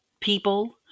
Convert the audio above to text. people